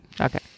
Okay